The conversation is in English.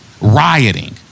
rioting